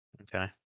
Okay